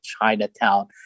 chinatown